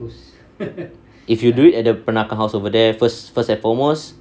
if you do it at the peranakan house over there first first and foremost